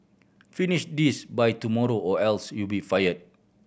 finish this by tomorrow or else you'll be fired